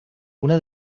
una